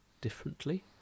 differently